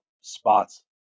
spots